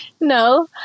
No